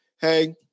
hey